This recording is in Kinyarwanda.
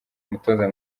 umutoza